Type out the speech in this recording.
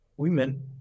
Women